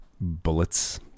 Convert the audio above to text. Bullets